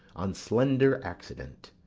on slender accident.